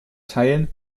teilen